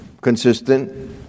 consistent